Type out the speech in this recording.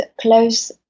close